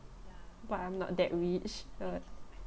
but I'm not that rich uh